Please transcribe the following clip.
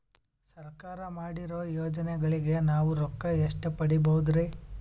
ಸರ್ಕಾರ ಮಾಡಿರೋ ಯೋಜನೆಗಳಿಗೆ ನಾವು ರೊಕ್ಕ ಎಷ್ಟು ಪಡೀಬಹುದುರಿ?